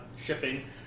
shipping